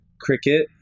cricket